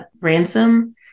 ransom